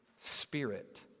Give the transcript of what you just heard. spirit